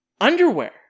Underwear